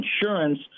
insurance